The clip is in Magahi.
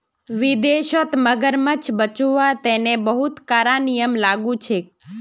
विदेशत मगरमच्छ बचव्वार तने बहुते कारा नियम लागू छेक